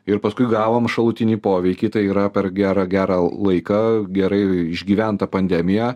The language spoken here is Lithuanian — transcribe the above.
ir paskui gavom šalutinį poveikį tai yra per gerą gerą laiką gerai išgyventą pandemiją